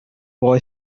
boy